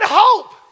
hope